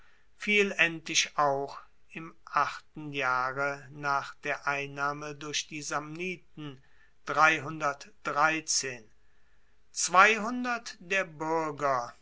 fiel endlich auch im achten jahre nach der einnahme durch die samniten zweihundert der buerger